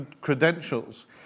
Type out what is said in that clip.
credentials